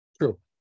True